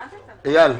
אייל,